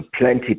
plenty